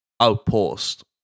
outpost